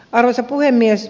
arvoisa puhemies